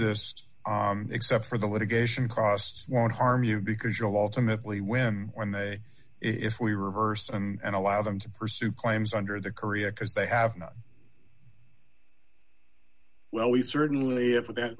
this except for the litigation costs won't harm you because you know alternately when when they if we reverse and allow them to pursue claims under the korea because they have not well we certainly have that